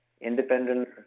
independent